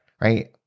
right